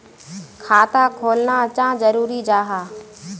खाता खोलना चाँ जरुरी जाहा?